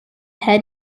head